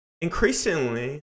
increasingly